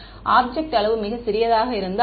மாணவர் ஆப்ஜெக்ட் அளவு மிகச் சிறியதாக இருந்தால்